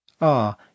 Ah